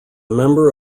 member